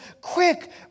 quick